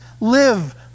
live